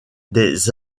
des